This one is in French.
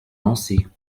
lancer